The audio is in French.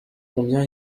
combien